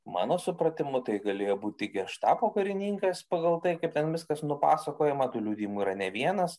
mano supratimu tai galėjo būti geštapo karininkas pagal tai kaip ten viskas nupasakojama tų liudijimų yra ne vienas